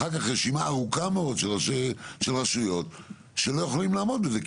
אחר כך רשימה ארוכה מאוד של רשויות שלא יכולות לעמוד בזה.